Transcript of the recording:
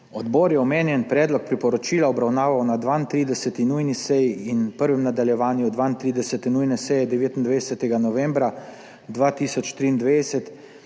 Odbor je omenjen predlog priporočila obravnaval na 32. nujni seji in prvem nadaljevanju 32. nujne seje 29. novembra 2023,